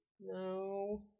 No